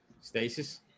stasis